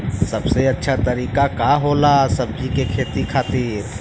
सबसे अच्छा तरीका का होला सब्जी के खेती खातिर?